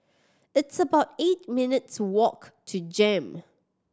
it's about eight minutes' walk to JEM